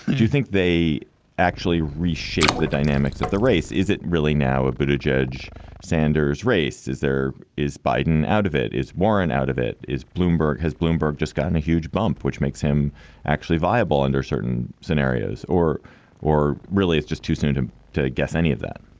do you think they actually reshape the dynamics of the race? is it really now a bit of judge sanders race? is there is biden out of it? is warren out of it? is bloomberg has bloomberg just gotten a huge bump, which makes him actually viable under certain scenarios or or really, it's just too soon to to guess any of that?